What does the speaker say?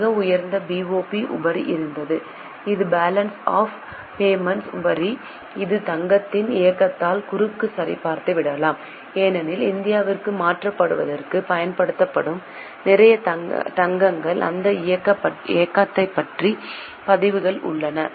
மிக உயர்ந்த BoP உபரி இருந்தது இது பேலன்ஸ் ஆஃப் பேமென்ட்ஸ் உபரி இது தங்கத்தின் இயக்கத்தால் குறுக்கு சரிபார்க்கப்படலாம் ஏனெனில் இந்தியாவுக்கு மாற்றப்படுவதற்குப் பயன்படுத்தப்படும் நிறைய தங்கங்கள் அந்த இயக்கம் பற்றிய பதிவுகள் உள்ளன